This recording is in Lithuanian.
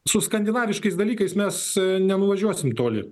su skandinaviškais dalykais mes nenuvažiuosim toli